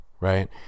right